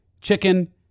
chicken